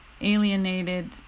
alienated